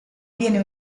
viene